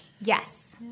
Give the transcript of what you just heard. Yes